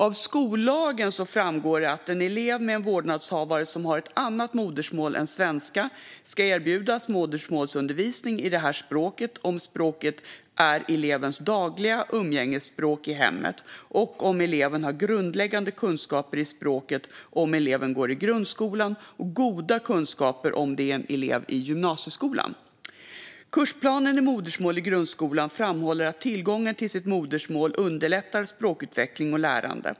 I skollagen framgår att en elev med en vårdnadshavare som har ett annat modersmål än svenska ska erbjudas modersmålsundervisning i detta språk om språket är elevens dagliga umgängesspråk i hemmet och om eleven har grundläggande kunskaper i språket om eleven går i grundskolan och goda kunskaper om det är en elev i gymnasieskolan. Kursplanen i modersmål i grundskolan framhåller att tillgången till sitt modersmål underlättar språkutveckling och lärande.